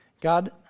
God